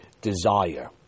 desire